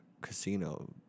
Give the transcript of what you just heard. Casino